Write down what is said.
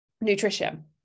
nutrition